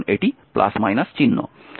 এটি চিহ্ন